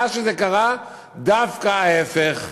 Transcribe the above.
מאז קרה דווקא ההפך.